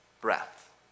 breath